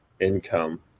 income